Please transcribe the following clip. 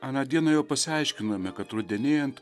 aną dieną jau pasiaiškinome kad rudenėjant